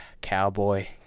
Cowboy